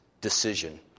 decision